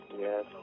Yes